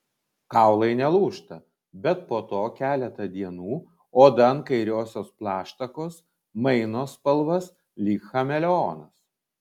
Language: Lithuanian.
kaulai nelūžta bet po to keletą dienų oda ant kairiosios plaštakos maino spalvas lyg chameleonas